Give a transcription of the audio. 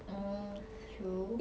orh true